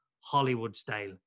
Hollywood-style